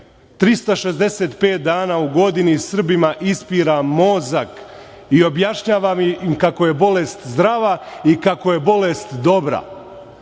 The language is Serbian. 365 dana u godini Srbima ispira mozak i objašnjava kako je bolest zdrava i kako je bolest dobra.